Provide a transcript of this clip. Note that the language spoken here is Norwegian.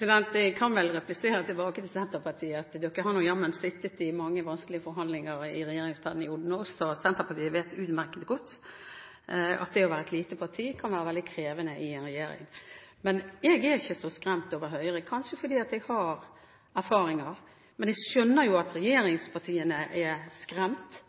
Jeg kan vel replisere tilbake til Senterpartiet at også de jammen har sittet i mange vanskelige forhandlinger i regjeringsperioden. Senterpartiet vet utmerket godt at det å være et lite parti kan være veldig krevende i en regjering. Jeg er ikke så skremt av Høyre, kanskje fordi jeg har erfaringer. Men jeg skjønner jo at regjeringspartiene er skremt,